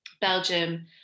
Belgium